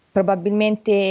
Probabilmente